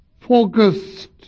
focused